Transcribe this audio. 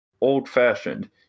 old-fashioned